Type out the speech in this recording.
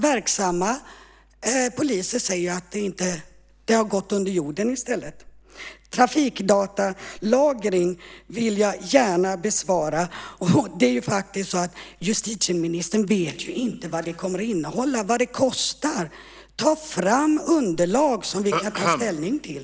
Verksamma poliser säger att prostitutionen har gått under jorden i stället. Jag vill gärna besvara det här med trafikdatalagring. Justitieministern vet ju inte vad det kommer att innehålla och vad det kostar. Ta fram underlag som vi kan ta ställning till!